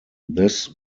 this